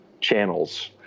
channels